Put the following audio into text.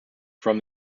from